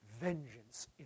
vengeance